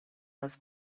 was